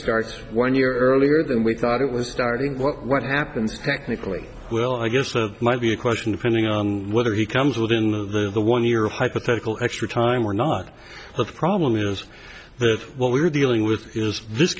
starts one year earlier than we thought it was starting what happens technically well i guess that might be a question of finding out whether he comes within the the one year hypothetical extra time or not the problem is that what we are dealing with is this